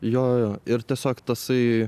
jo jo jo ir tiesiog tasai